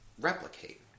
replicate